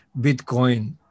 Bitcoin